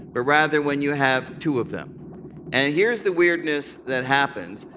but rather when you have two of them and here's the weirdness that happens.